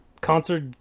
concert